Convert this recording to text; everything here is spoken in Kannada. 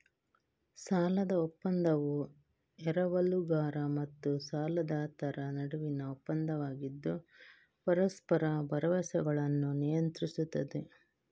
ಸಾಲದ ಒಪ್ಪಂದವು ಎರವಲುಗಾರ ಮತ್ತು ಸಾಲದಾತರ ನಡುವಿನ ಒಪ್ಪಂದವಾಗಿದ್ದು ಪರಸ್ಪರ ಭರವಸೆಗಳನ್ನು ನಿಯಂತ್ರಿಸುತ್ತದೆ